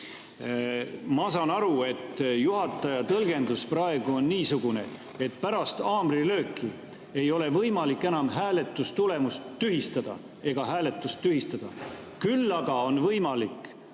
Ma saan aru, et juhataja tõlgendus on praegu niisugune, et pärast haamrilööki ei ole võimalik enam hääletustulemust ega hääletust tühistada, küll aga on võimalik